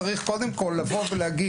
צריך קודם כול להגיד,